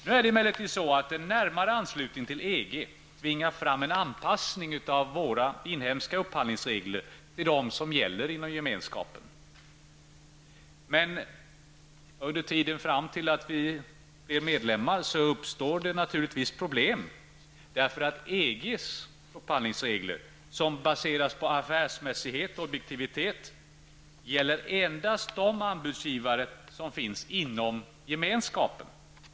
Nu är det emellertid så att en närmare anslutning till EG tvingar fram en anpassning av våra inhemska upphandlingsregler till dem som gäller inom gemenskapen. Men under tiden fram till att vi är medlemmar uppstår det naturligtvis problem. EGs upphandlingsregler, som baseras på affärsmässighet och objektivitet, gäller endast de anbudsgivare som finns inom gemenskapen.